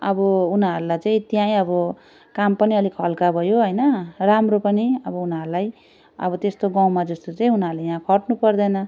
अब उनीहरूलाई चाहिँ त्यहाँ अब काम पनि अलिक हलका भयो होइन राम्रो पनि अब उनिहरूलाई अब त्यस्तो गाउँमा जस्तो चाहिँ उनीहरूले यहाँ खट्नु पर्दैन